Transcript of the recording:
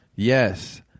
Yes